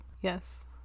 yes